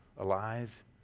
alive